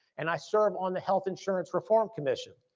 and i serve on the health insurance reform commission.